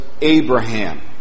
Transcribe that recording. Abraham